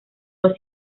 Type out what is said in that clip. los